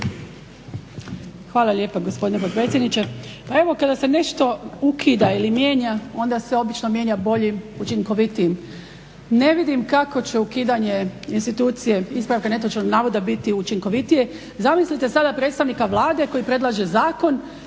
Hvala lijepa gospodine potpredsjedniče.